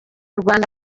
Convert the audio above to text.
rwanda